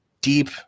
deep